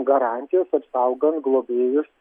garantijos apsaugant globėjus